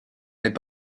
n’est